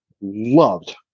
loved